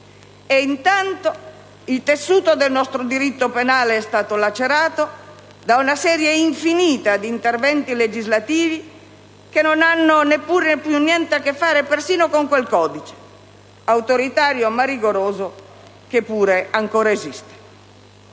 E intanto il tessuto del nostro diritto penale è stato lacerato da una serie infinita di interventi legislativi che non hanno più niente a che fare persino con quel codice, autoritario ma rigoroso, che pur ancora esiste.